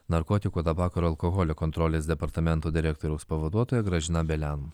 narkotikų tabako ir alkoholio kontrolės departamento direktoriaus pavaduotoja gražina belen